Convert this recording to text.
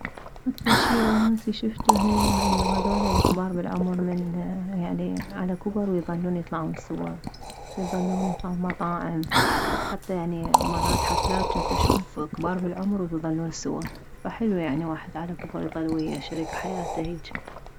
اكثر شي رومانسي شفته هو انه هذول الكبار بالعمر من يعني على كبر ويظلون يطلعون سوى ويظلون يطلعون مطاعم حتى يعني مرات حفلات جنت اشوف كبار بالعمر يظلون سوى فحلو يعني واحد على كبر يظل مع شريك حياته هيج